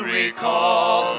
recall